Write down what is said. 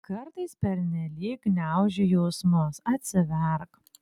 kartais pernelyg gniauži jausmus atsiverk